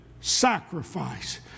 sacrifice